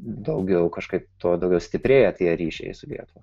daugiau kažkaip tuo daugiau stiprėja tie ryšiai su lietuva